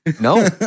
No